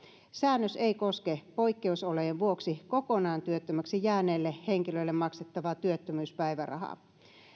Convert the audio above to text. säännös ei koske poikkeusolojen vuoksi kokonaan työttömäksi jääneille henkilöille maksettavaa työttömyyspäivärahaa